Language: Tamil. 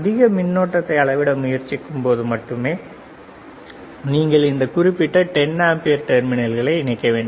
அதிக மின்னோட்டத்தை அளவிட முயற்சிக்கும்போது மட்டுமே நீங்கள் இந்த குறிப்பிட்ட 10 ஆம்பியர் டெர்மினல்களை இணைக்க வேண்டும்